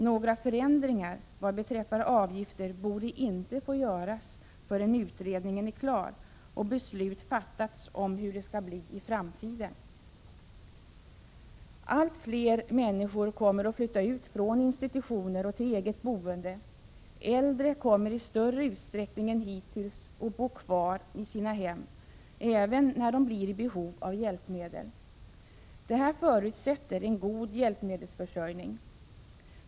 Några förändringar vad beträffar avgifter borde inte få göras förrän utredningen är klar och beslut fattas om hur det skall bli i framtiden. Allt fler människor kommer att flytta ut från institutioner till eget boende, och äldre kommer i större utsträckning än hittills att bo kvar i sina hem även när de blir i behov av hjälpmedel. Detta förutsätter en god hjälpmedelsförsörjning.